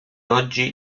oggi